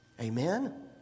Amen